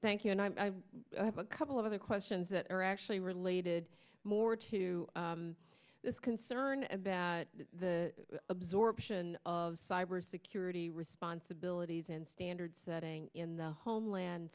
thank you and i have a couple of other questions that are actually related more to this concern about the absorption of cybersecurity responsibilities and standard setting in the homeland